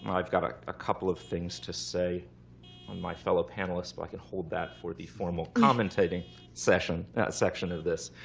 and i've got a ah couple of things to say on my fellow panelists but i could hold that for the formal commentating section section of this.